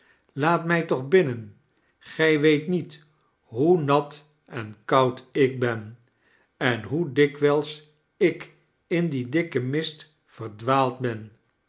laat mij toch binnen gij weet niet hoe nat en koud ik ben en hoe dikwijls ik in dien dikken mist verdwaald ben